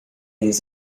his